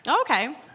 Okay